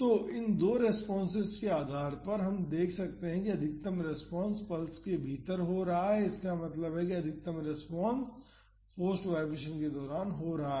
तो इन दो रेस्पॉन्सेस के आधार पर हम देख सकते हैं कि अधिकतम रेस्पॉन्स पल्स के भीतर हो रहा है इसका मतलब है कि अधिकतम रेस्पॉन्स फोर्स्ड वाईब्रेशन के दौरान हो रहा है